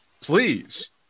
please